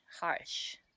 harsh